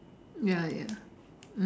ya ya